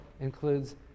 includes